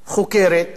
מטבע הדברים,